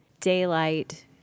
Daylight